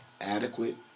adequate